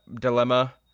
dilemma